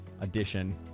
edition